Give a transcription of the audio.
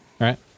right